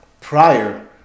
prior